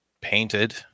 painted